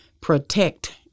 protect